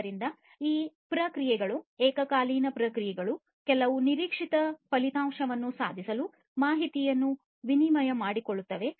ಆದ್ದರಿಂದ ಈ ಪ್ರಕ್ರಿಯೆಗಳು ಏಕಕಾಲೀನ ಪ್ರಕ್ರಿಯೆಗಳು ಕೆಲವು ನಿರೀಕ್ಷಿತ ಫಲಿತಾಂಶವನ್ನು ಸಾಧಿಸಲು ಮಾಹಿತಿಯನ್ನು ವಿನಿಮಯ ಮಾಡಿಕೊಳ್ಳುತ್ತವೆ